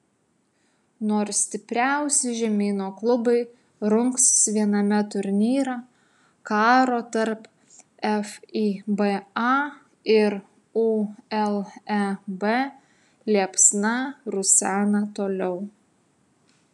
nors stipriausi žemyno klubai rungsis viename turnyre karo tarp fiba ir uleb liepsna rusena toliau